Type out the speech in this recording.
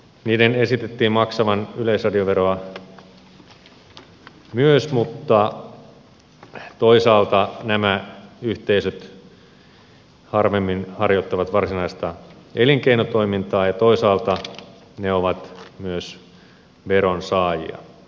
niiden esitettiin maksavan yleisradioveroa myös mutta toisaalta nämä yhteisöt harvemmin harjoittavat varsinaista elinkeinotoimintaa ja toisaalta ne ovat myös veronsaajia